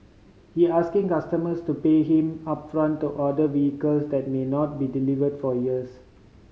he asking customers to pay him upfront to order vehicles that may not be delivered for years